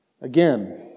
Again